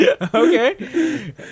Okay